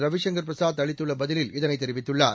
ரவிசங்கர் பிரசாத் அளித்துள்ள பதிலில் இதனை தெரிவித்துள்ளார்